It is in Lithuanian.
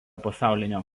pasaulinio